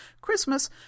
Christmas